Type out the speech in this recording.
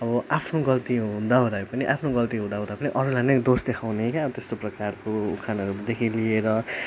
अब आफ्नो गल्ती हुँदाहुँदै पनि आफ्नो गल्ती हुँदाहुँदै पनि अरूलाई नै दोष देखाउने क्या त्यस्तो प्रकारको उखानहरूदेखि लिएर